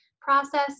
process